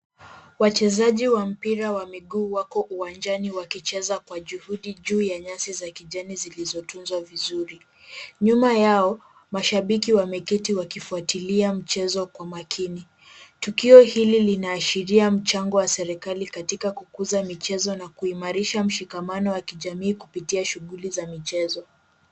Wachezaji wa mpira wa miguu wako uwanjani wakicheza kwa juhudi juu ya nyasi za kijani zilizotunzwa vizuri. Nyuma yao, mashabiki wameketi wakifuatilia mchezo kwa makini. Tukio hili linaashiria mchango wa serikali katika kukuza michezo na kuimarisha mshikamano wa kijamii kupitia shughuli za michezo.